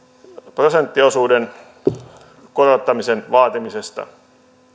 prosenttiosuuden korottamisen vaatimisessa